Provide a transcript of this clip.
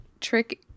trick